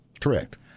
Correct